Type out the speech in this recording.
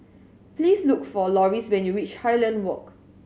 please look for Loris when you reach Highland Walk